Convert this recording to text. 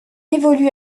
évolue